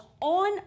on